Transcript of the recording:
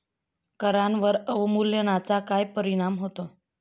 करांवर अवमूल्यनाचा काय परिणाम होतो?